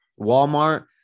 Walmart